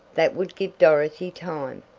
that would give dorothy time!